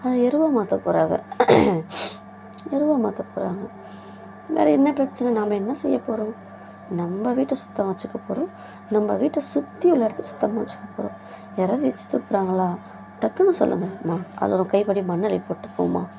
அதை எருவாக மாற்ற போறாங்க எருவாக மாற்ற போகிறாங்க வேறே என்ன பிரச்சனை நாம என்ன செய்யப் போகிறோம் நம்ம வீட்டை சுத்தமாக வச்சுக்க போகிறோம் நம்ம வீட்டை சுற்றி உள்ள இடத்த சுத்தமாக வச்சுக்க போகிறோம் யாராவது எச்சில் துப்புகிறாங்களா டக்குன்னு சொல்லுங்கள் மா அதில் ஒரு கைப்பிடி மண்ணை அள்ளி போட்டு போம்மா